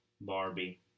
Barbie